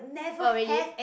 oh really